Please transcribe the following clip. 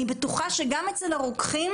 אני בטוחה שגם אצל הרוקחים,